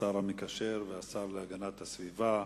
השר המקשר והשר להגנת הסביבה,